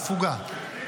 זו הפוגה, הפוגה.